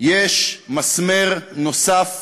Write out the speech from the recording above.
יש מסמר נוסף